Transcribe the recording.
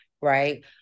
right